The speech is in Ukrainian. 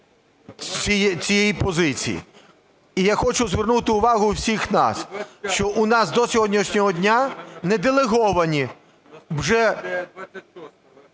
цієї позиції. І я хочу звернути увагу всіх нас, що в нас до сьогоднішнього дня не делеговані вже